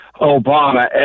Obama